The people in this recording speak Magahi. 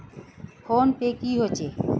फ़ोन पै की होचे?